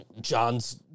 John's